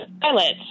pilots